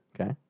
Okay